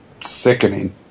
sickening